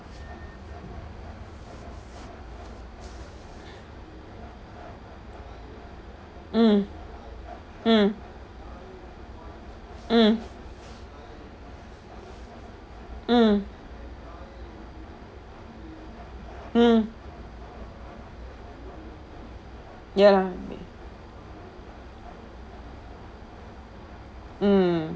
mm mm mm mm mm ya mm